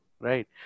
Right